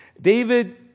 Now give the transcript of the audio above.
David